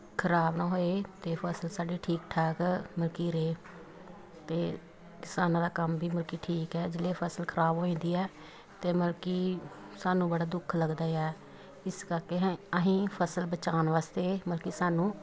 ਖ਼ਰਾਬ ਨਾ ਹੋਏ ਅਤੇ ਫ਼ਸਲ ਸਾਡੀ ਠੀਕ ਠਾਕ ਮਲਕੀ ਰਹੇ ਅਤੇ ਕਿਸਾਨਾਂ ਦਾ ਕੰਮ ਵੀ ਮਲਕੀ ਠੀਕ ਹੈ ਜਿਹੜੀ ਫ਼ਸਲ ਖ਼ਰਾਬ ਹੋ ਜਾਂਦੀ ਹੈ ਅਤੇ ਮਲਕੀ ਸਾਨੂੰ ਬੜਾ ਦੁੱਖ ਲੱਗਦਾ ਆ ਇਸ ਕਰਕੇ ਹੈ ਅਸੀਂ ਫ਼ਸਲ ਬਚਾਉਣ ਵਾਸਤੇ ਮਲਕੀ ਸਾਨੂੰ